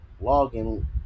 logging